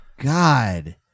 God